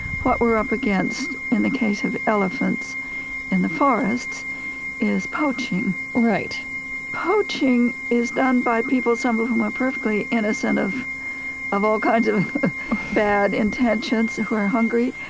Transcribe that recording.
what we're up against in the case of elephants in the forests is poaching. poaching is done by people, some of whom are perfectly innocent of of all kinds of bad intentions, who are hungry,